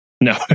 No